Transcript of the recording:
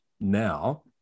now